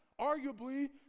arguably